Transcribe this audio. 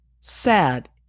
Sad